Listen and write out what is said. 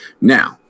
Now